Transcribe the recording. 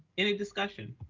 any discussion?